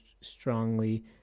strongly